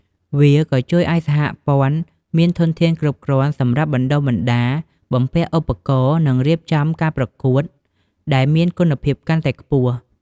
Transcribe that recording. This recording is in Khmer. វាក៏ជួយឲ្យសហព័ន្ធមានធនធានគ្រប់គ្រាន់សម្រាប់បណ្តុះបណ្តាល បំពាក់ឧបករណ៍ និងរៀបចំការប្រកួតដែលមានគុណភាពកាន់តែខ្ពស់។